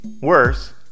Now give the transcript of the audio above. Worse